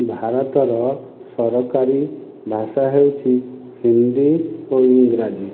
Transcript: ଭାରତର ସରକାରୀ ଭାଷା ହେଉଛି ହିନ୍ଦୀ ଓ ଇଂରାଜୀ